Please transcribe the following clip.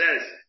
says